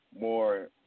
more